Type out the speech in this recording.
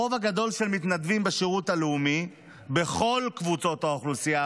הרוב הגדול של מתנדבים בשירות הלאומי בכל קבוצות האוכלוסייה,